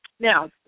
Now